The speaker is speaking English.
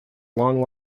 long